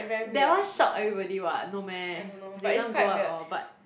that one shock everybody [what] no meh they everytime go out and all but